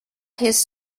his